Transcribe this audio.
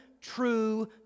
true